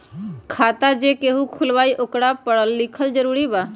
खाता जे केहु खुलवाई ओकरा परल लिखल जरूरी वा?